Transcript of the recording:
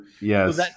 yes